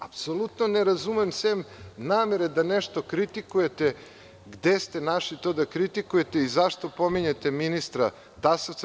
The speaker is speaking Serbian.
Apsolutno ne razumem, sem namere da nešto kritikujete, gde ste našli to da kritikujete i zašto pominjete ministra Tasovca.